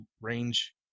range